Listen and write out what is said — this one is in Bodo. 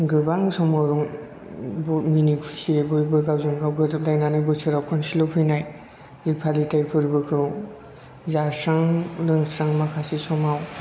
गोबां समाव मिनि खुसि बयबो गावजों गाव गोरोबलायनानै बोसोराव खनसेल' फैनाय बे फालिथाय फोर्बोखौ जास्रां लोंस्रां माखासे समाव